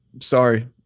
sorry